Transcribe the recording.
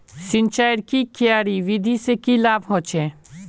सिंचाईर की क्यारी विधि से की लाभ होचे?